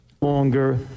longer